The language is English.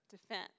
defense